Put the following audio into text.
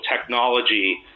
technology